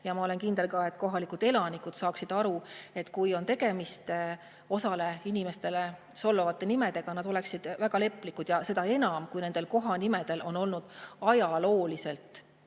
Ma olen kindel, et kohalikud elanikud saaksid aru, et kui on tegemist osale inimestele solvavate nimedega, siis nad oleksid väga leplikud. Seda enam, kui nendel kohanimedel on olnud ajalooliselt,